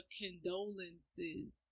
condolences